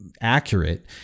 accurate